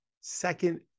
second